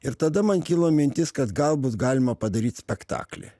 ir tada man kilo mintis kad gal bus galima padaryt spektaklį